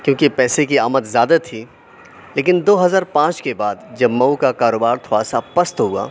کیوِں کہ پیسے کی آمد زیادہ تھی لیکن دو ہزار پانچ کے بعد جب مئو کا کاروبار تھوڑا سا پست ہُوا